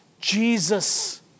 Jesus